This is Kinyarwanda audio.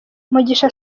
mugisha